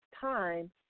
time